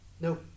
no